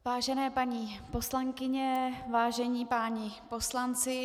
Vážené paní poslankyně, vážení páni poslanci.